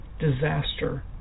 disaster